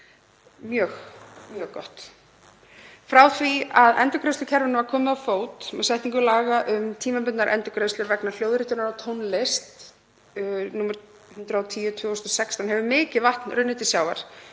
mjög gott. Frá því að endurgreiðslukerfinu var komið á fót með setningu laga um tímabundnar endurgreiðslur vegna hljóðritunar á tónlist, nr. 110/2016, hefur mikið vatn runnið til sjávar.